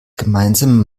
gemeinsame